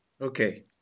Okay